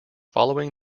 following